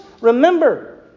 remember